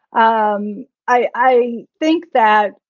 um i think that,